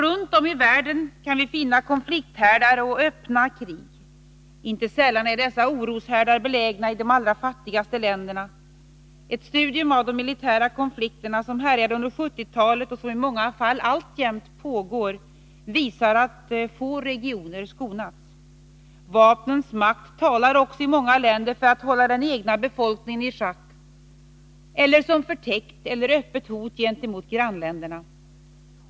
Runt omii världen kan vi finna konflikthärdar och öppna krig. Inte sällan är dessa oroshärdar belägna i de allra fattigaste länderna. Ett studium av de militära konflikterna som härjade under 1970-talet, och som i många fall alltjämt pågår, visar att få regioner skonats. Vapnens makt talar också i många länder för att hålla den egna befolkningen i schack eller som förtäckt eller öppet hot gentemot grannländerna.